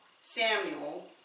Samuel